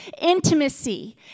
intimacy